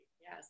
Yes